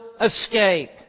escape